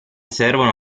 servono